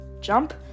jump